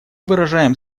выражаем